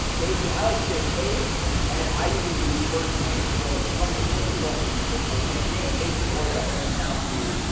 okay, so i like to say hey and then i usually do first name so cuz i mean most people aren't gonna use their full name hey, jason, wardrop that just sounds weird,